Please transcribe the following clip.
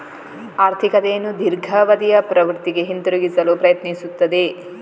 ಆರ್ಥಿಕತೆಯನ್ನು ದೀರ್ಘಾವಧಿಯ ಪ್ರವೃತ್ತಿಗೆ ಹಿಂತಿರುಗಿಸಲು ಪ್ರಯತ್ನಿಸುತ್ತದೆ